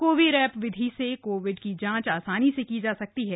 कोविरैप विधि से कोविड की जांच आसानी से की जा सकती है